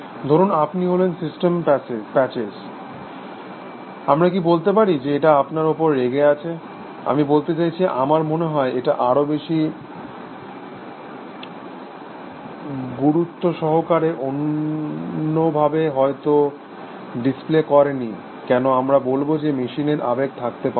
ধরুন আপনি হলেন সিস্টেম প্যাচেস আমরা কি বলতে পারি যে এটা আপনার ওপর রেগে আছে আমি বলতে চাইছি আমার মনে হয় এটা আরো বেশি গুরুত্বসহকারে অন্যভাবে হয়ত ডিসপ্লে করে নি কেন আমরা বলব যে মেশিনের আবেগ থাকতে পারে না